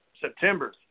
September